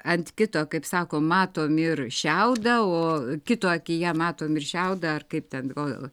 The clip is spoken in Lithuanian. ant kito kaip sako matom ir šiaudą o kito akyje matom ir šiaudą ar kaip ten o